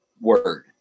word